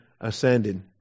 ascended